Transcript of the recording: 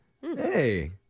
Hey